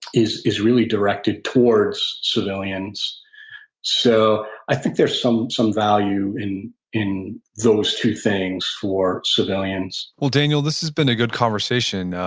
is is really directed towards civilians so i think there's some some value in in those two things for civilians daniel, this has been a good conversation.